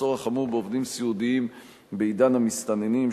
המחסור החמור בעובדים סיעודיים בעידן המסתננים,